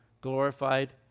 glorified